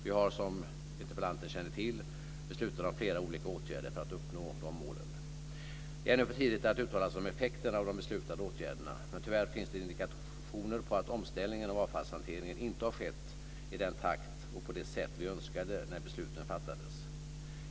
Vi har, som interpellanten känner till, beslutat om flera åtgärder för att uppnå dessa mål. Det är ännu för tidigt att uttala sig om effekterna av de beslutade åtgärderna, men tyvärr finns det indikationer på att omställningen av avfallshanteringen inte har skett i den takt och på det sätt vi önskade när besluten fattades.